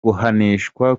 guhanishwa